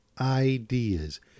Ideas